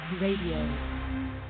Radio